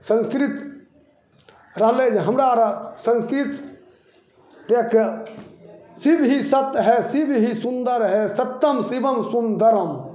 संस्कृति रहलै जे हमरा आओर संस्कृति देखिके शिव ही सत्य है शिव ही सुन्दर है सत्यम शिवम सुन्दरम